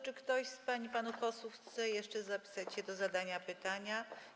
Czy ktoś z pań i panów posłów chce jeszcze zapisać się do zadania pytania?